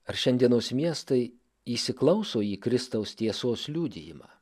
ar šiandienos miestai įsiklauso į kristaus tiesos liudijimą